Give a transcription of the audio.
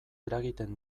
eragiten